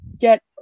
get